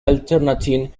alternating